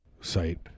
site